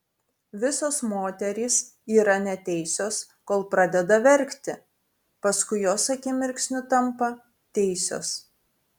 visos moterys yra neteisios kol pradeda verkti paskui jos akimirksniu tampa teisios